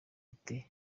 ite